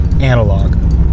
analog